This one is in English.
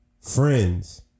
friends